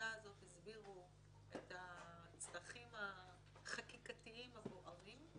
בוועדה הזאת והסבירו את הצרכים החקיקתיים הבוערים.